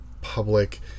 public